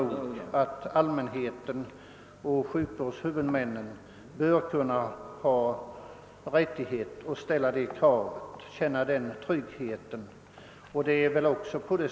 Allmänheten och sjukvårdens huvudmän bör ha rätt att kräva trygghet i detta avseende.